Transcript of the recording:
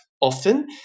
often